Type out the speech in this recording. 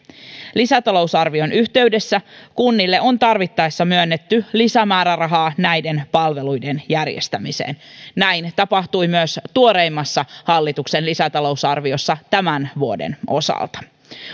lisätalousarvion yhteydessä kunnille on tarvittaessa myönnetty lisämäärärahaa näiden palveluiden järjestämiseen näin tapahtui myös tuoreimmassa hallituksen lisätalousarviossa tämän vuoden osalta